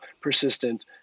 persistent